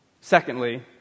Secondly